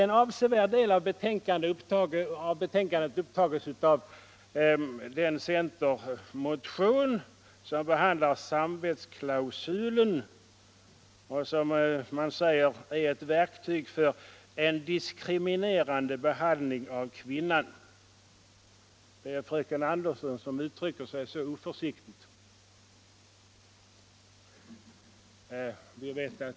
En avsevärd del av betänkandet upptas av den centermotion som behandlar samvetsklausulen, vilken, som man säger, är ett verktyg för ”en diskriminerande behandling av kvinnan”. Det är fröken Andersson som uttrycker sig så oförsiktigt.